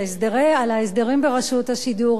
על ההסדרים ברשות השידור,